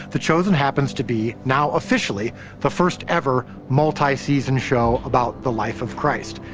the chosen happens to be now officially the first ever multi season show about the life of christ.